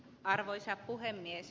arvoisa puhemies